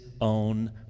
own